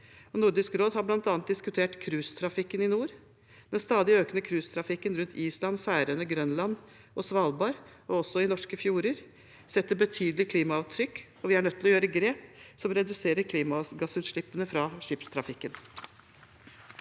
Nordisk råd har bl.a. diskutert cruisetrafikken i nord. Den stadig økende cruisetrafikken rundt Island, Færøyene, Grønland og Svalbard, og også i norske fjorder, setter betydelige klimaavtrykk, og vi er nødt til å ta grep som reduserer klimagassutslippene fra skipstrafikken.